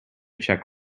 czech